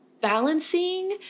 balancing